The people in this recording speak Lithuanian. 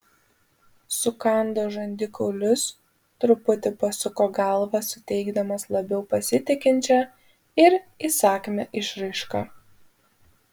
sukando žandikaulius truputį pasuko galvą suteikdamas labiau pasitikinčią ir įsakmią išraišką